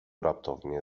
raptownie